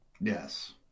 Yes